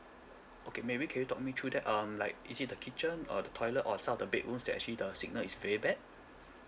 okay maybe can you talk me through that um like is it the kitchen or the toilet or some of the bedrooms that actually the signal is very bad